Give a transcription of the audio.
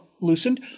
loosened